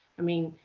i mean,